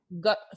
got